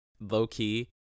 low-key